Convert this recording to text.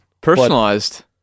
Personalized